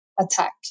attack